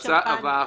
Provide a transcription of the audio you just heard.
להבין,